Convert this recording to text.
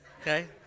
okay